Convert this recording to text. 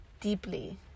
Deeply